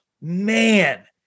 man